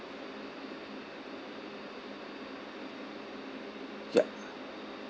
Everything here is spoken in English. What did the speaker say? ya